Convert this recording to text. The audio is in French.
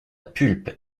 pulpe